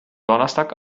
donnerstag